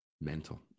Mental